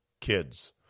kids